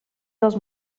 dos